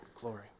glory